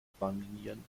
bahnlinien